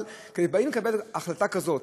אבל כשבאים לקבל החלטה כזאת,